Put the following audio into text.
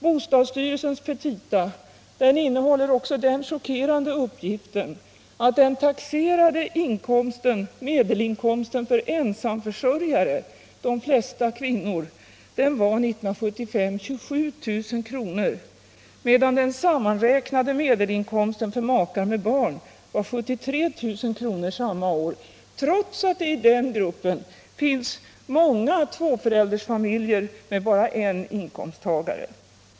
Bostadsstyrelsens petita innehåller också den chockerande uppgiften att den taxerade medelinkomsten för ensamförsörjare, de flesta kvinnor, var 27 000 kr. för 1975 medan den sammanräknade medelinkomsten för makar med barn var 73 000 kr. samma år, trots att det i den gruppen finns många tvåföräldersfamiljer med bara en inkomsttagare.